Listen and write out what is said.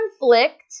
conflict